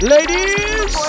Ladies